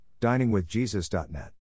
diningwithjesus.net